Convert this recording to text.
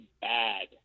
bad